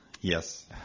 Yes